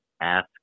ask